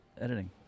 editing